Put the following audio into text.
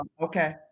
Okay